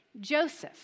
Joseph